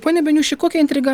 pone beniuši kokia intriga